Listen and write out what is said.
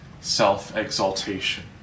self-exaltation